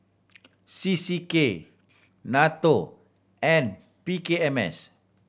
C C K NATO and P K M S